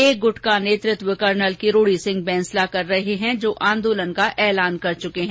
एक गुट का नेतृत्व कर्नल किरोड़ी सिंह बैंसला कर रहे हैं जो आंदोलन का ऐलान कर चुके हैं